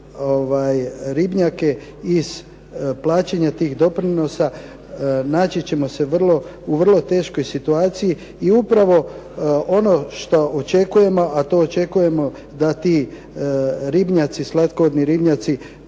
iz plaćanja tih doprinosa, naći ćemo se u vrlo teškoj situaciji. I upravo ono što očekujemo, a to očekujemo da ti ribnjaci, slatkovodni ribnjaci